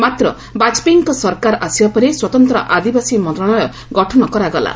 ମାତ୍ର ବାଜପେୟୀଙ୍କ ସରକାର ଆସିବା ପରେ ସ୍ୱତନ୍ତ ଆଦିବାସୀ ମନ୍ତ୍ରଶାଳୟ ଗଠନ କରାଗଲା